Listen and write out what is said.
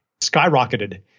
skyrocketed